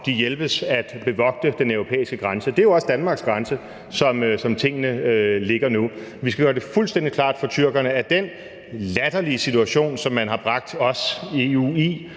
Hav hjælpes med at bevogte den europæiske grænse. Det er jo også Danmarks grænse, som tingene ligger nu. Vi skal gøre det fuldstændig klart for tyrkerne, at den latterlige situation, som man har bragt os, EU,